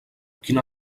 quina